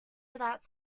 without